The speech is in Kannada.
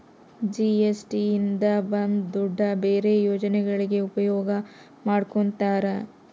ಜಿ.ಎಸ್.ಟಿ ಇಂದ ಬಂದ್ ದುಡ್ಡು ಬೇರೆ ಯೋಜನೆಗಳಿಗೆ ಉಪಯೋಗ ಮಾಡ್ಕೋತರ